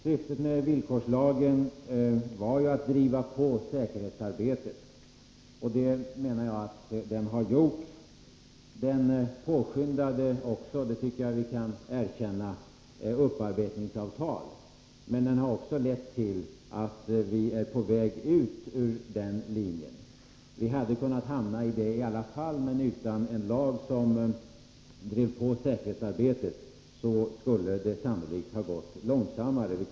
Syftet med villkorslagen var att driva på säkerhetsarbetet, och det menar jag att den har gjort. Den påskyndade också upparbetningsavtal, det tycker jag vi kan erkänna, men den har också lett till att vi är på väg från den linjen. Vi hade kunnat hamna där i alla fall. Men utan en lag som drev på säkerhetsarbetet skulle det sannolikt ha gått långsammare.